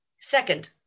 Second